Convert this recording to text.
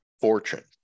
fortune